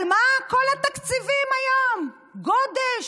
אבל מה, כל התקציבים היום, גודש,